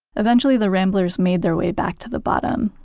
eventually the ramblers made their way back to the bottom.